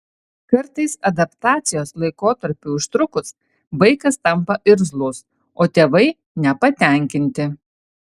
kartais adaptacijos laikotarpiui užtrukus vaikas tampa irzlus o tėvai nepatenkinti